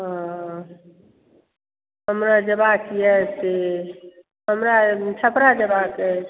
ओ हमरा जयबाक यए से हमरा छपड़ा जयबाक अइ